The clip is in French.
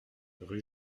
rue